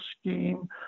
scheme